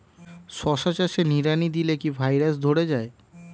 শশা চাষে নিড়ানি দিলে কি ভাইরাস ধরে যায়?